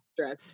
stress